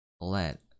let